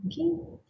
Okay